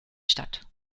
stadt